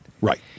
Right